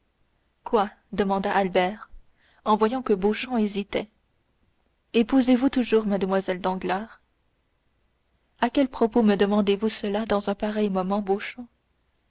quoi demanda albert en voyant que beauchamp hésitait épousez vous toujours mlle danglars à quel propos me demandez-vous cela dans un pareil moment